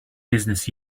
business